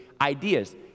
ideas